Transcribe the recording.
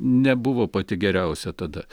nebuvo pati geriausia tada